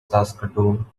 saskatoon